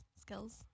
Skills